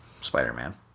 Spider-Man